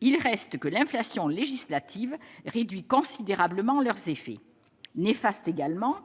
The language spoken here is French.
il reste que l'inflation législative réduit considérablement leurs effets. Néfaste également,